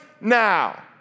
now